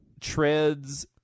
Treads